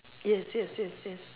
yes yes yes yes